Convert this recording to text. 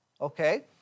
Okay